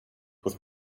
with